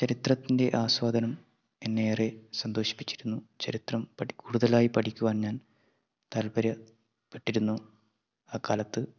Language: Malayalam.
ചരിത്രത്തിൻ്റെ ആസ്വാദനം എന്നെ ഏറെ സന്തോഷിപ്പിച്ചിരുന്നു ചരിത്രം പ കൂടുതലായി പഠിക്കുവാൻ ഞാൻ താൽപ്പര്യപ്പെട്ടിരുന്നു അക്കാലത്ത്